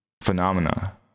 phenomena